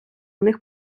них